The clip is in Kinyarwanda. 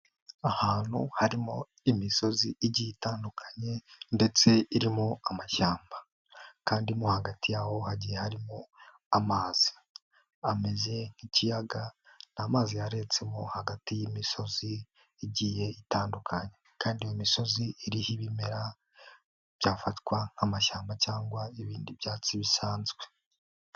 Ahantu harimo imisozi igiye itandukanye ndetse irimo amashyamba kandi mo hagati yaho hagiye harimo amazi, ameze nk'ikiyaga, ni amazi yaretsemo hagati y'imisozi igiye itandukanye, kandi iyo misozi iriho ibimera byafatwa nk'amashyamba cyangwa ibindi byatsi bisanzwe.